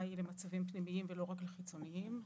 היא למצבים פנימיים ולא רק חיצוניים.